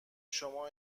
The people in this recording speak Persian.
شما